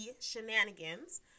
shenanigans